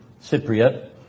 Cypriot